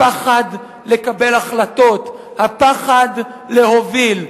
הפחד לקבל החלטות, הפחד להוביל.